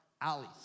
alleys